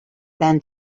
than